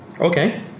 Okay